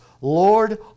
Lord